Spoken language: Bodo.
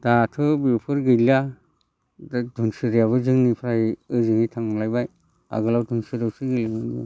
दाथ' बेफोर गैलिया दा धोनस्रियाबो जोंनिफ्राय ओजोङै थांलायबाय आगोलाव दमसो गेलेयोमोन